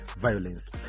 violence